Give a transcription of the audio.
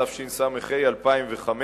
התשס"ה 2005,